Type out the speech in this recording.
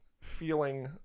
feeling